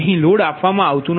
અહીં લોડ આપવામાં આવતો નથી